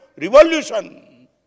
Revolution